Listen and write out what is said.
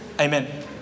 Amen